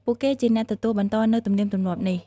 ពួកគេជាអ្នកទទួលបន្តនូវទំនៀមទម្លាប់នេះ។